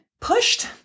pushed